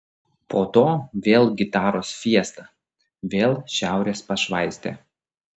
po to vėl gitaros fiesta vėl šiaurės pašvaistė